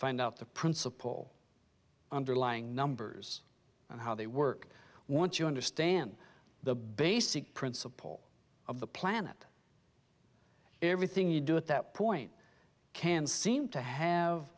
find out the principle underlying numbers and how they work once you understand the basic principle of the planet everything you do at that point can seem to have